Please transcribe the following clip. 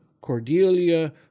Cordelia